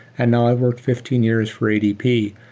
and now i work fifteen years for adp.